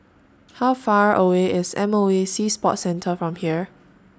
How Far away IS M O E Sea Sports Centre from here